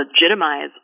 legitimize